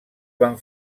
van